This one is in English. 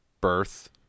birth